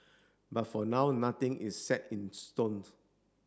but for now nothing is set in stones